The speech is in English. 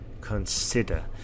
consider